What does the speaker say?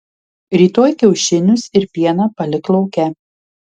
rytoj kiaušinius ir pieną palik lauke